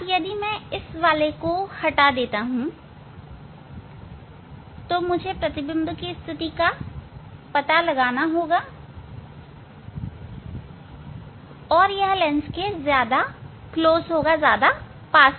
यदि मैं इस वाले को हटा देता हूं मुझे प्रतिबिंब की स्थिति का पता लगाना होगा और यह लेंस के ज्यादा करीब होगा